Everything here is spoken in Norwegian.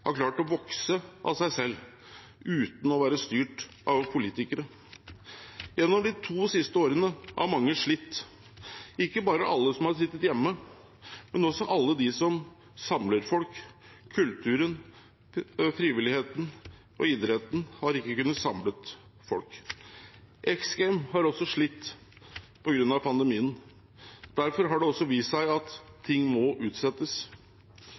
har klart å vokse av seg selv uten å være styrt av politikere. Gjennom de to siste årene har mange slitt, ikke bare alle som har sittet hjemme, men også alle de som samler folk. Kulturen, frivilligheten og idretten har ikke kunnet samle folk. X Games har også slitt på grunn av pandemien. Derfor har det også vist seg at ting må utsettes.